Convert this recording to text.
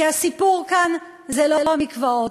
כי הסיפור כאן זה לא המקוואות.